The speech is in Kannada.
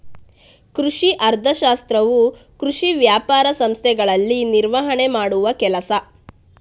ಕೃಷಿ ಅರ್ಥಶಾಸ್ತ್ರವು ಕೃಷಿ ವ್ಯಾಪಾರ ಸಂಸ್ಥೆಗಳಲ್ಲಿ ನಿರ್ವಹಣೆ ಮಾಡುವ ಕೆಲಸ